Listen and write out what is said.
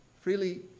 freely